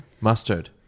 Mustard